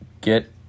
get